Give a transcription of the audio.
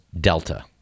Delta